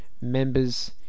members